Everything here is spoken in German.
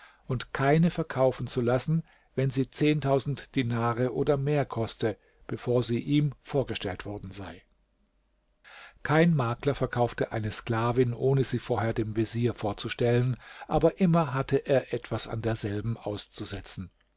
und keine verkaufen zu lassen wenn sie dinare oder mehr koste bevor sie ihm vorgestellt worden sei kein makler verkaufte eine sklavin ohne sie vorher dem vezier vorzustellen aber immer hatte er etwas an derselben auszusetzen